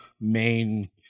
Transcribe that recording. main